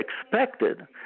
expected